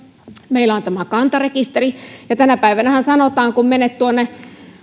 meillä on tämä kanta rekisteri tänä päivänähän kun menet tuonne